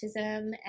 autism